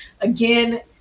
Again